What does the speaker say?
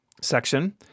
section